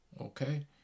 Okay